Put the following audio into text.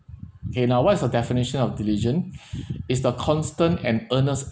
K now what is the definition of diligent is the constant and earnest